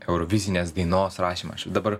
eurovizinės dainos rašymą aš jau dabar